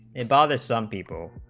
it bothers some people